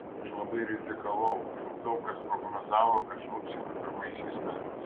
aš labai rizikavau juk daug kas prognozavo kad žlugsime pirmaisiais metais